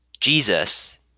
Jesus